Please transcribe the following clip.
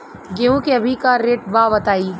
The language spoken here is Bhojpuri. गेहूं के अभी का रेट बा बताई?